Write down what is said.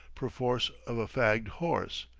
perforce of a fagged horse.